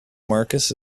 marcus